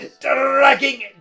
dragging